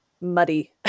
muddy